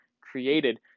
created